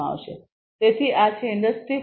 તેથી આ છે ઇન્ડસ્ટ્રી 4